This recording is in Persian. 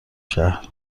شهر